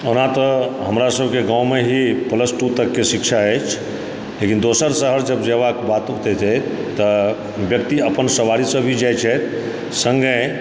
ओना तऽ हमरा सबके गाँवमे ही प्लस टू तकके शिक्षा अछि लेकिन दोसर शहर जब जयबाके बात तऽ व्यक्ति अपन सवारीसँ भी जाइ छथि सङ्गे